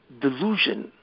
delusion